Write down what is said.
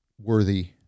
worthy